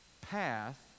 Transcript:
path